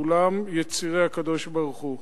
כולם יצירי הקדוש-ברוך-הוא.